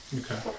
Okay